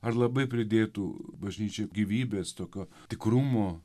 ar labai pridėtų bažnyčiai gyvybės tokio tikrumo